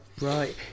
Right